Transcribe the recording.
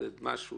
שזה משהו